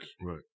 Right